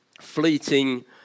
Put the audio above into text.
fleeting